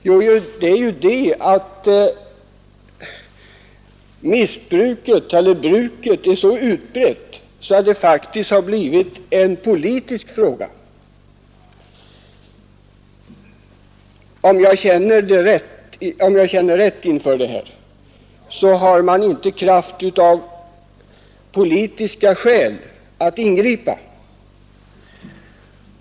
Jo, att bruket är så utbrett att det faktiskt har blivit en politisk faktor. Om jag känner till det rätt är det så, att man av politiska skäl inte har kraft att ingripa.